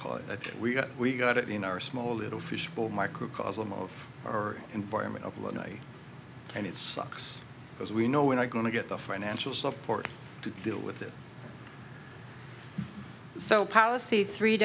call it we've got we got it in our small little fishbowl microcosm of or environment of the night and it sucks because we know we're not going to get the financial support to deal with it so policy three